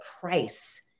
price